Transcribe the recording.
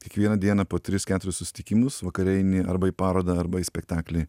kiekvieną dieną po tris keturis susitikimus vakare eini arba į parodą arba į spektaklį